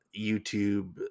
YouTube